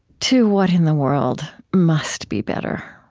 to what in the world must be better,